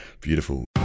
Beautiful